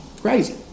crazy